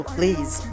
please